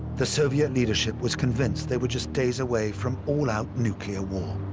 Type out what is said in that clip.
the soviet leadership was convinced they were just days away from all-out nuclear war.